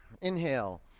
Inhale